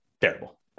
Terrible